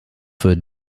für